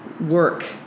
work